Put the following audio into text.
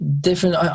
Different